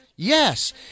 Yes